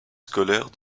scolaire